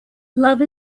love